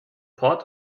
port